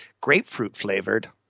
grapefruit-flavored